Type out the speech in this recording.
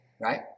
Right